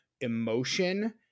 emotion